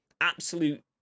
absolute